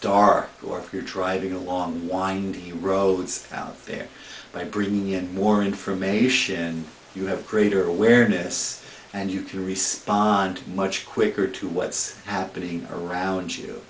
dark or if you're driving along the windy roads out there by bringing in more information you have a greater awareness and you can respond much quicker to what's happening around you